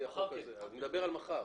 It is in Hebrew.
אני מדבר על מחר.